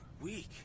weak